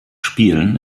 spielen